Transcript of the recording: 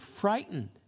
frightened